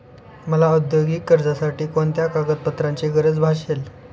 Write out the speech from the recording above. मला औद्योगिक कर्जासाठी कोणत्या कागदपत्रांची गरज भासेल?